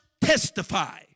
testify